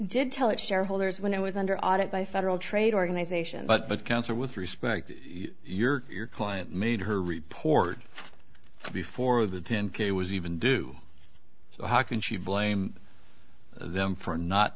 did tell its shareholders when it was under audit by federal trade organization but counsel with respect to your client made her report before the ten k was even due so how can she blame them for not